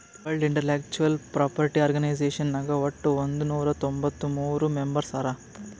world Intellectual Property Organization ನಾಗ್ ವಟ್ ಒಂದ್ ನೊರಾ ತೊಂಬತ್ತ ಮೂರ್ ಮೆಂಬರ್ಸ್ ಹರಾ